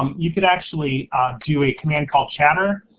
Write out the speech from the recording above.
um you can actually do a command call chattr,